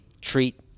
treat—